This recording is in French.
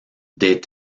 des